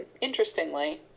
interestingly